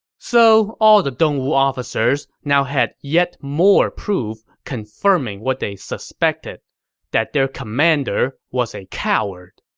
so all the dongwu officers now had yet more proof confirming what they suspected that their commander was a coward